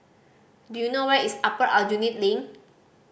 do you know where is Upper Aljunied Link